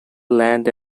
land